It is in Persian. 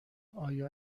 آیا